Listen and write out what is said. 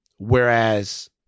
Whereas